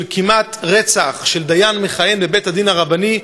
של כמעט-רצח של דיין מכהן בבית-הדין הרבני,